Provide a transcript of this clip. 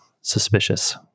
suspicious